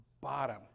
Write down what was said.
bottom